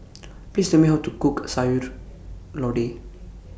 Please Tell Me How to Cook Sayur Lodeh